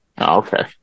Okay